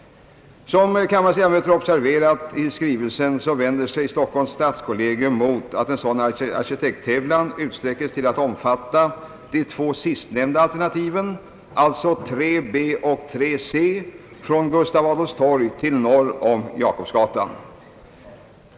Som kammarens ledamöter observerat i skrivelsen vänder sig Stockholms stadskollegium mot att en sådan arkitekttävlan utsträcks till att omfatta även de två sistnämnda alternativen, alltså 3 b och 3 c från Gustav Adolfs torg till norr om Jakobsgatan.